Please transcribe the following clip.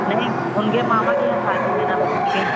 नहीं उनके मामा के यहाँ शादी है ना बच्चे के